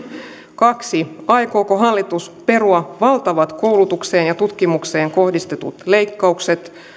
aikooko hallitus perua valtavat koulutukseen ja tutkimukseen kohdistetut leikkaukset